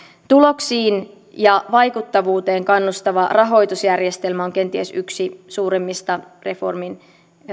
tuloksiin ja vaikuttavuuteen kannustava rahoitusjärjestelmä on kenties yksi suurimmista reformin